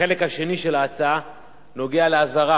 החלק השני של ההצעה נוגע לאזהרה.